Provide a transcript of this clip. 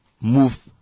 move